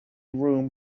room